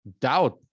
doubt